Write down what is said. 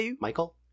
Michael